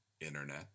internet